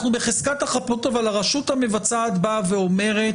אנחנו בחזקת החפות, אבל הרשות המבצעת באה ואומרת: